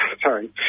Sorry